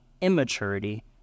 immaturity